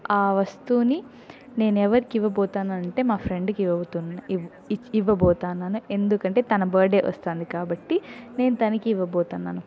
ఆ వస్తువుని నేను ఎవరికి ఇవ్వబోతాను అంటే మా ఫ్రెండ్కి ఇవ్వ బోత ఇచ్ ఇవ్వబోతాను ఎందుకంటే తన బర్త్డే వస్తుంది కాబట్టి నేను తనకి ఇవ్వబోతునాను